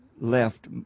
left